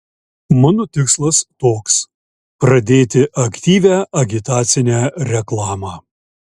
mano tikslas toks pradėti aktyvią agitacinę reklamą